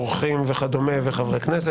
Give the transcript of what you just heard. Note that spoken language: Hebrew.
מאורחים ומחברי כנסת.